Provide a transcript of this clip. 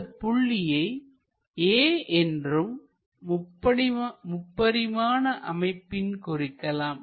இந்தப் புள்ளியை A என்றும் முப்பரிமான அமைப்பில் குறிக்கலாம்